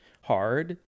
hard